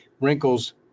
wrinkles